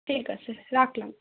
ঠিক আছে রাখলাম